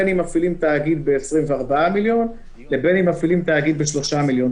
בין אם מפעילים תאגיד ב-24 מיליון ובין אם מפעילים תאגיד ב-3 מיליון.